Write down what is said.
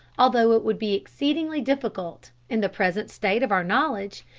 although it would be exceedingly difficult, in the present state of our knowledge,